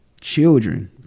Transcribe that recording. children